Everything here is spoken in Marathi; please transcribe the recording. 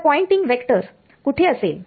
तर पॉयंटिंग वेक्टर कुठे असेल